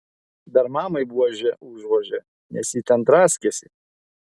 dar mamai buože užvožė nes ji ten draskėsi